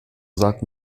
sagt